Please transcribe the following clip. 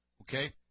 okay